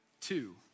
two